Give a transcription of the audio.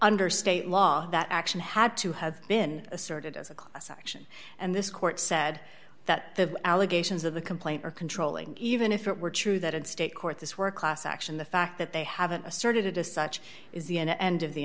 under state law that action had to have been asserted as a class action and this court said that the allegations of the complaint are controlling even if it were true that in state court this were a class action the fact that they haven't asserted it as such is the end of the